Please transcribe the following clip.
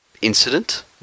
incident